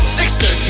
613